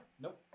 Nope